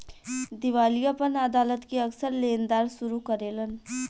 दिवालियापन अदालत के अक्सर लेनदार शुरू करेलन